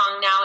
now